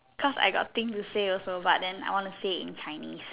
because I got things to say also but then I want to say it in Chinese